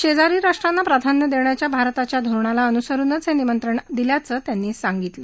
शेजारी राष्ट्रांना प्राधान्य देण्याच्या भारताच्या धोरणाला अनुसरून हे आमंत्रण दिल्याचं त्यांनी सांगितलं